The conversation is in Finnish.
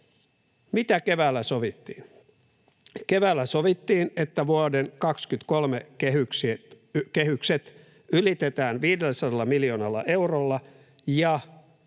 Mitä keväällä sovittiin? Keväällä sovittiin, että vuoden 23 kehykset ylitetään 500 miljoonalla eurolla, ja